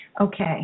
Okay